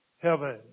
heaven